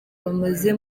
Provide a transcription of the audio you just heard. bamaze